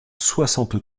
soixante